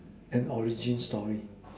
and origin story